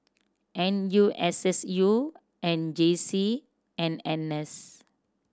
N U S S U J C and N S